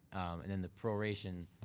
and then the proration,